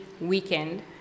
weekend